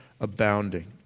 abounding